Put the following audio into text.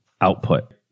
output